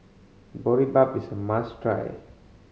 boribap is a must try